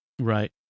Right